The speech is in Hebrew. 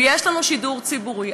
ויש לנו שידור ציבורי,